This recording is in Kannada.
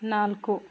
ನಾಲ್ಕು